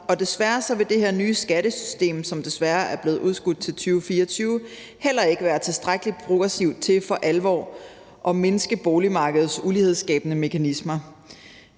og desværre vil det her nye skattesystem, som desværre er blevet udskudt til 2024, heller ikke være tilstrækkelig progressivt til for alvor at mindske boligmarkedets ulighedsskabende mekanismer.